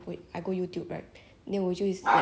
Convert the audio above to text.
um justin bieber songs then I will just listen